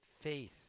faith